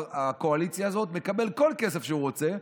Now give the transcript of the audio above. הקואליציה הזאת מקבל כל כסף שהוא רוצה,